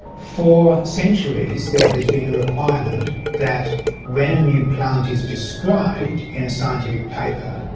for centuries there has been a requirement that when a new plant is described in a scientific paper,